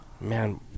Man